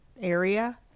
area